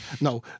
No